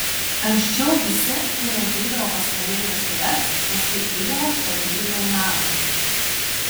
anksčiau visi kurie ateidavo pas tave į vestuves paskui eidavo statyti tau namo